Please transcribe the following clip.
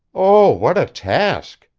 oh, what a task!